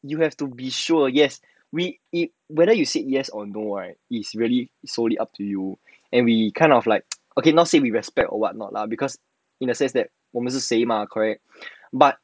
you have to be sure yes we eat whether you said yes or no right is really slowly up to you and we kind of like okay not say we respect or [what] not lah because in a sense that 我们是谁 mah correct but